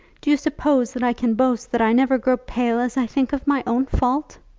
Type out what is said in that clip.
do you suppose that i can boast that i never grow pale as i think of my own fault?